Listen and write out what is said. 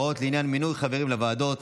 (הוראות לעניין מינוי חברים לוועדות).